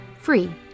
free